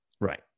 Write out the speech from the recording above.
right